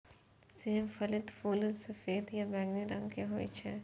सेम फलीक फूल सफेद या बैंगनी रंगक होइ छै